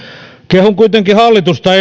kehun kuitenkin hallitusta